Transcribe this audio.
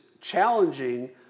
challenging